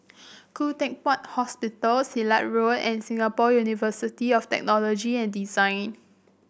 Khoo Teck Puat Hospital Silat Road and Singapore University of Technology and Design